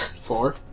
Four